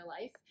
life